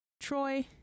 Troy